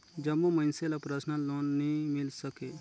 जम्मो मइनसे ल परसनल लोन नी मिल सके